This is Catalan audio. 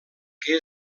que